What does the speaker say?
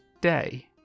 day